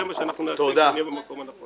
זה מה שאנחנו מציעים כדי שנהיה במקום הנכון.